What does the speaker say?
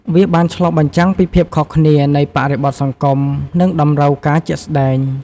វាបានឆ្លុះបញ្ចាំងពីភាពខុសគ្នានៃបរិបទសង្គម និងតម្រូវការជាក់ស្តែង។